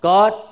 God